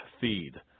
feed